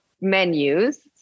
menus